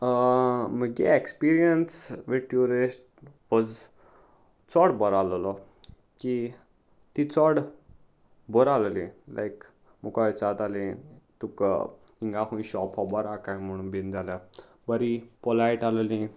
म्हगे एक्सपिरियन्स व tourist was चड बरो आसलो की ती चड बरो आलली लायक मुको विचरताली तुका हिंगा खूंय शॉप होबर आहा काय म्हणून बीन जाल्या बरी पोलायट आसली